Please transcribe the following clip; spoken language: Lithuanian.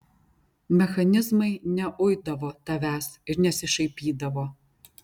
mechanizmai neuidavo tavęs ir nesišaipydavo